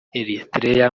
erythrea